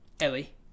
Ellie